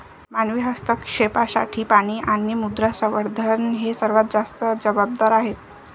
मानवी हस्तक्षेपासाठी पाणी आणि मृदा संवर्धन हे सर्वात जास्त जबाबदार आहेत